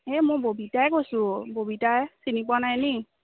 এই মই ববিতাই কৈছোঁ ববিতাই চিনি পোৱা নাই নি